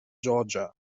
georgia